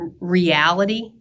reality